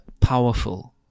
powerful